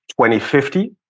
2050